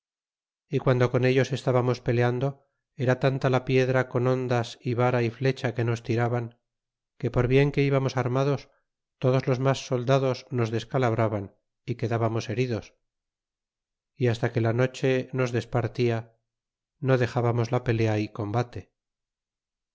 y guando con ellos estbamos peleando era tanta la piedra con hondas y vara y flecha que nos tiraban que por bien que ibamos armados todos los mas soldados nos descalabraban y quedbamos heridos y basta que la noche nos despartia no dexábamos la pelea y combate